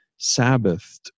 sabbathed